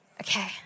Okay